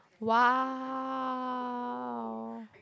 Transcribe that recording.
!wow!